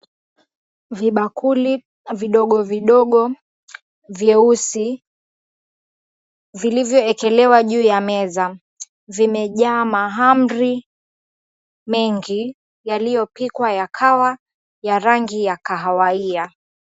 Vibakuli vidogo vidogo veusi vilivyo ekelewa juu ya meza vimejaa mahamri mengi yalio pikwa yakawa ya rangi ya kahawia.